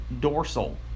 dorsal